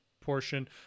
portion